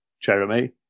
Jeremy